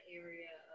area